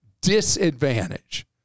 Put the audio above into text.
Disadvantage